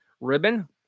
ribbon